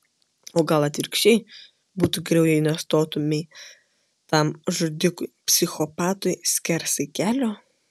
o gal atvirkščiai būtų geriau jei nestotumei tam žudikui psichopatui skersai kelio